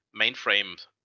mainframe